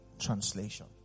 Translation